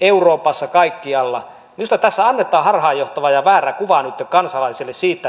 euroopassa kaikkialla minusta tässä annetaan nyt harhaanjohtava ja väärä kuva kansalaisille siitä